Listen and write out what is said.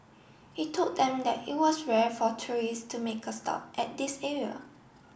he told them that it was rare for tourist to make a stop at this area